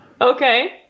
Okay